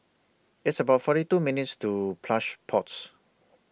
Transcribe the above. It's about forty two minutes' to Plush Pods